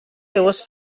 seues